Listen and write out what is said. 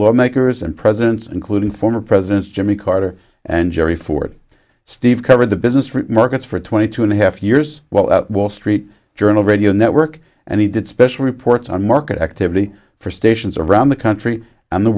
lawmakers and presidents including former presidents jimmy carter and jerry ford steve covered the business for markets for twenty two and a half years while at wall street journal radio network and he did special reports on market activity for stations around the country and the